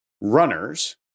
runners